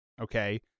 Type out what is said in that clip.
Okay